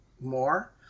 more